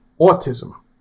autism